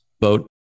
vote